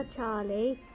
Charlie